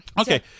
Okay